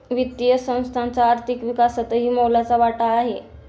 वित्तीय संस्थांचा आर्थिक विकासातही मोलाचा वाटा आहे